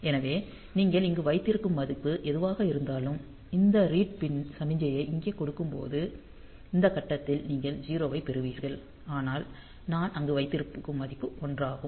எனவே நீங்கள் இங்கு வைத்திருக்கும் மதிப்பு எதுவாக இருந்தாலும் இந்த ரீட் பின் சமிக்ஞையை இங்கே கொடுக்கும்போது இந்த கட்டத்தில் நீங்கள் 0 ஐப் பெறுவீர்கள் ஆனால் நான் அங்கு வைத்திருக்கும் மதிப்பு 1 ஆகும்